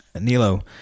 Nilo